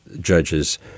judges